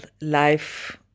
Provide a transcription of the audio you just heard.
life